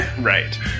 Right